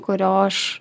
kurio aš